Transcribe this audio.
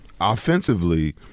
Offensively